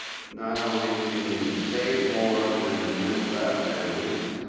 not only can you save more than middle class families,